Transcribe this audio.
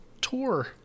tour